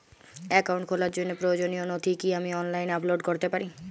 Account খোলার জন্য প্রয়োজনীয় নথি কি আমি অনলাইনে আপলোড করতে পারি?